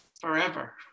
forever